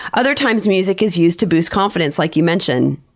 other times music is used to boost confidence like you mentioned,